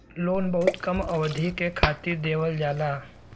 loan बहुत कम अवधि के खातिर देवल जाला